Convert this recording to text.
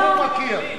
אולי, אותם אתה מכיר.